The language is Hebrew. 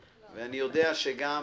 ואני יודע שגם